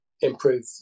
improve